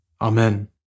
Amen